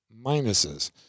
minuses